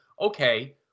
okay